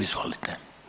Izvolite.